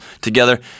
together